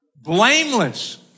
blameless